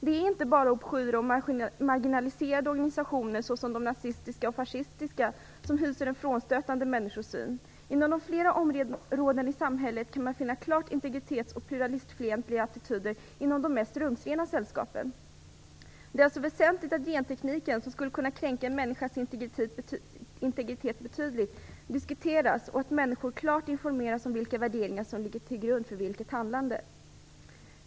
Det är inte bara obskyra och marginaliserade organisationer såsom de nazistiska och fascistiska som hyser en frånstötande människosyn. Inom flera områden i samhället kan man finna klart integritets och pluralistfientliga attityder inom de mest rumsrena sällskap. Det är alltså väsentligt att gentekniken, som skulle kunna kränka en människas integritet betydligt, diskuteras och att människor klart informeras om vilka värderingar som ligger till grund för vilket handlande.